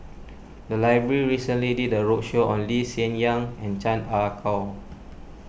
the library recently did a roadshow on Lee Hsien Yang and Chan Ah Kow